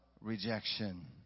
rejection